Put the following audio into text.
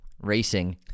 racing